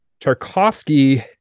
Tarkovsky